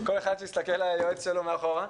כל אחד יסתכל על היועץ שלו מאחורה.